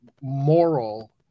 moral